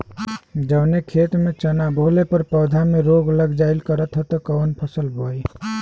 जवने खेत में चना बोअले पर पौधा में रोग लग जाईल करत ह त कवन फसल बोआई?